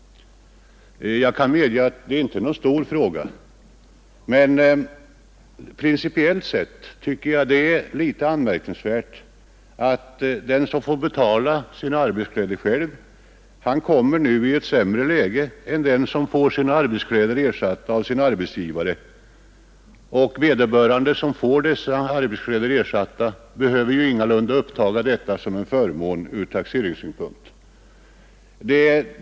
Jag kan medge att detta inte är någon stor fråga, men principiellt tycker jag att det är litet anmärkningsvärt att den som själv får betala sina arbetskläder kommer i ett sämre läge än den som får ersättning för sina arbetskläder av arbetsgivaren. Den som får ersättning för arbetskläder behöver ingalunda uppta denna som en förmån i sin självdeklaration.